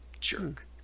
Jerk